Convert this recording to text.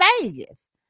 Vegas